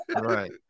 Right